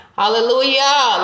hallelujah